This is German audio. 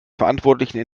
verantwortlichen